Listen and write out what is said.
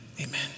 Amen